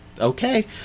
okay